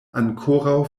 ankoraŭ